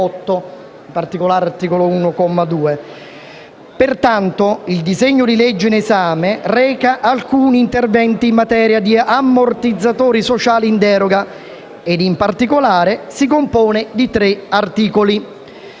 Pertanto, il disegno di legge in esame reca alcuni interventi in materia di ammortizzatori sociali in deroga, ed in particolare si compone di tre articoli.